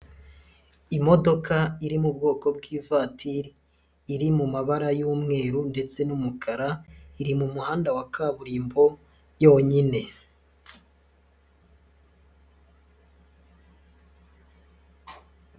Imodoka iri mu bwoko bw'ivatiri, iri mu mabara y'umweru ndetse n'umukara, iri mu muhanda wa kaburimbo yonyine.